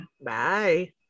bye